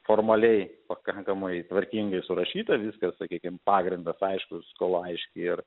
formaliai pakankamai tvarkingai surašyta viskas sakykim pagrindas aiškus skola aiški ir